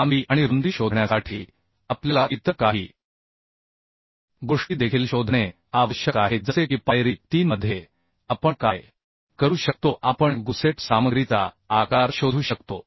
लांबी आणि रुंदी शोधण्यासाठी आपल्याला इतर काही गोष्टी देखील शोधणे आवश्यक आहे जसे की पायरी 3 मध्ये आपण काय करू शकतो आपण गुसेट सामग्रीचा आकार शोधू शकतो